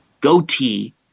goatee